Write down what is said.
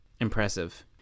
impressive